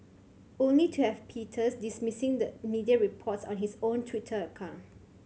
only to have Peters dismissing the media reports on his own Twitter account